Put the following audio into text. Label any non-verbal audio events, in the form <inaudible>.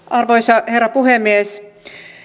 <unintelligible> arvoisa herra puhemies